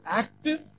active